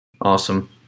awesome